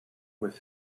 with